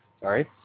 Sorry